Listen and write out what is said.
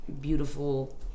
beautiful